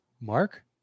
Mark